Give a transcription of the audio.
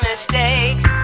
mistakes